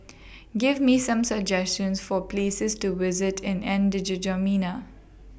Give Me Some suggestions For Places to visit in N